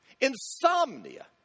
Insomnia